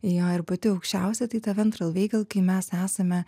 jo ir pati aukščiausia tai ta ventral veigal kai mes esame